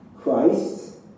Christ